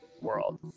world